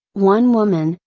one woman,